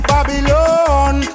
Babylon